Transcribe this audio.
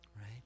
Right